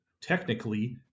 technically